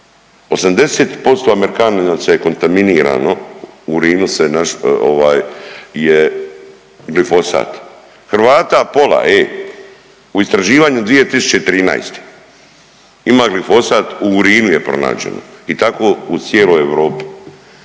se ne razumije./… je kontaminirano u urinu se našo ovaj je glifosat, Hrvata pola e u istraživanju 2013. ima glifosat, u urinu je pronađeno i tako u cijeloj Europi.